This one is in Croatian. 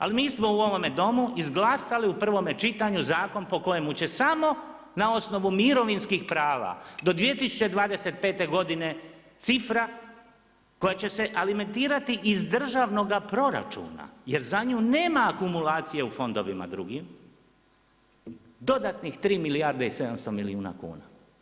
Ali mi smo u ovome Domu izglasali u prvome čitanju zakon po kojemu će samo na osnovu mirovinskih prava do 2025. godine, cifra koja će alimentirati iz državnog proračuna jer za nju nema akumulacije u fondovima drugim, dodatnih 3 milijarde i 700 milijuna kuna.